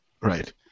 Right